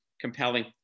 compelling